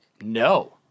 No